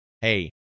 hey